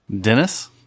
Dennis